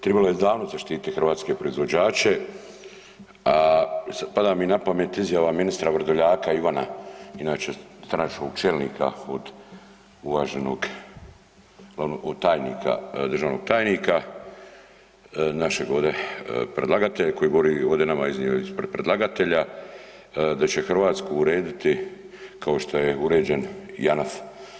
Tribali su davno se štiti hrvatske proizvođače, a pada mi napamet izjava ministra Vrdoljaka Ivana, inače stranačkog čelnika od uvaženog od tajnika, državnog tajnika, našeg ovde predlagatelja koji govori ovdje nama iznio ispred predlagatelja, da će Hrvatsku urediti kao šta je uređene JANAF.